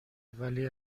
ولی